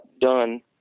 done